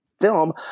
film